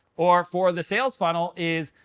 or for the sales funnel is,